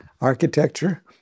architecture